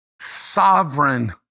sovereign